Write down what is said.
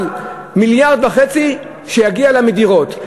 אבל 1.5 מיליארד שיגיע לה מדירות,